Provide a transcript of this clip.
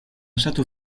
château